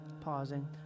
pausing